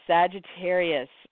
Sagittarius –